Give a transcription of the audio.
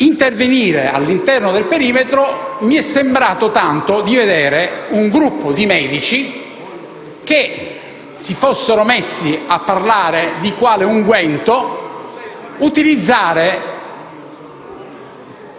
nell'intervenire all'interno del perimetro mi è sembrato tanto di vedere un gruppo di medici che si fossero messi a parlare di quale unguento utilizzare